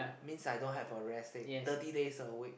means I don't have a rest day thirty days a week